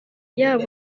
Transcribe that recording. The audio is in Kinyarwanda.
yaba